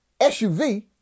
SUV